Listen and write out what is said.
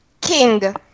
King